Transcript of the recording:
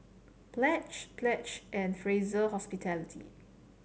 Pledge Pledge and Fraser Hospitality